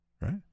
Right